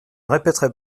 répéterai